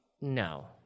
No